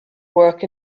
work